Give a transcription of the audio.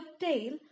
tail